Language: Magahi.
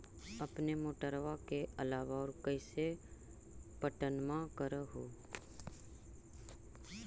अपने मोटरबा के अलाबा और कैसे पट्टनमा कर हू?